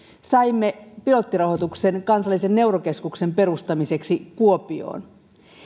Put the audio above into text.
saimme pilottirahoituksen kansallisen neurokeskuksen perustamiseksi kuopioon